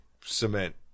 cement